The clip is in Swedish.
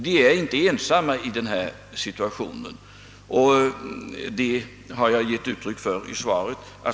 De är alltså inte lämnade ensamma i sin situation; det har jag gett uttryck för i svaret.